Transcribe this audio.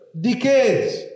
decades